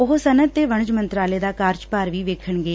ਉਹ ਸਨੱਤ ਤੇ ਵਣਜ ਮੰਤਰਾਲੇ ਦਾ ਕਾਰਜਭਾਰ ਵੀ ਵੇਖਣਗੇ